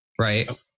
right